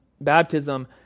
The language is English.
baptism